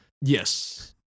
Yes